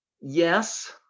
Yes